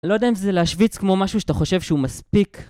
לא יודע אם זה להשוויץ כמו משהו שאתה חושב שהוא מספיק